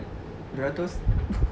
dua ratus